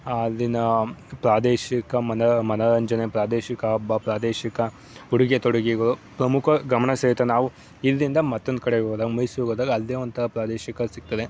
ಅಲ್ಲಿನ ಪ್ರಾದೇಶಿಕ ಮನ ಮನೋರಂಜನೆ ಪ್ರಾದೇಶಿಕ ಹಬ್ಬ ಪ್ರಾದೇಶಿಕ ಉಡುಗೆ ತೊಡೆಗೆಗಳು ಪ್ರಮುಖ ಗಮನ ಸೆಳೀತವೆ ನಾವು ಇಲ್ಲಿಂದ ಮತ್ತೊಂದು ಕಡೆಗೆ ಹೋದಾಗ ಮೈಸೂರಿಗೆ ಹೋದಾಗ ಅಲ್ಲೇ ಒಂಥರ ಪ್ರಾದೇಶಿಕ ಸಿಗ್ತದೆ